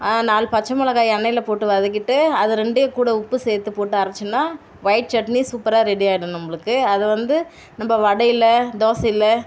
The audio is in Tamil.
நாலு பச்சை மிளகா எண்ணெயில் போட்டு வதக்கிட்டு அதை ரெண்டையும் கூட உப்பு சேர்த்து போட்டு அரைச்சோன்னா ஒயிட் சட்னி சூப்பராக ரெடி ஆகிடும் நம்மளுக்கு அதை வந்து நம்ம வடையில் தோசையில்